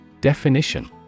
Definition